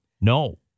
No